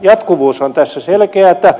jatkuvuus on tässä selkeätä